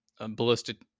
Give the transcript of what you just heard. Ballistic